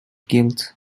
guilt